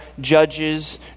judges